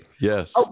yes